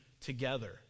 together